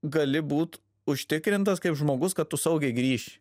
gali būt užtikrintas kaip žmogus kad tu saugiai grįši